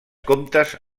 comtes